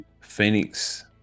Phoenix